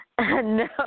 No